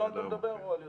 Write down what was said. אתה מדבר על 100 המיליון?